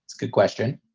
good question.